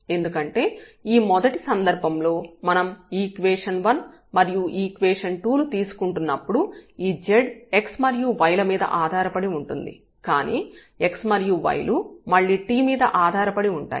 ఎందుకంటే ఈ మొదటి సందర్భంలో మనం ఈక్వేషన్ 1 మరియు ఈక్వేషన్ 2 లు తీసుకుంటున్నప్పుడు ఈ z x మరియు y మీద ఆధారపడి ఉంటుంది కానీ x మరియు y లు మళ్ళీ t మీద ఆధారపడి ఉంటాయి